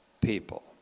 people